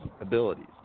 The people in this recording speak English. abilities